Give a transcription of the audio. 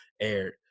aired